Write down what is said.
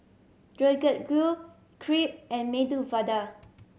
Deodeok Gui Crepe and Medu Vada